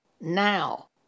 now